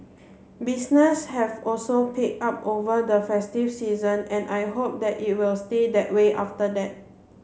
business have also picked up over the festive season and I hope that it will stay that way after that